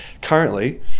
Currently